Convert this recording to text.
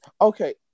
Okay